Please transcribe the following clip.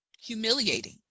humiliating